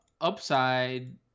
upside